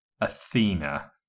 Athena